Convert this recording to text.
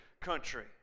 country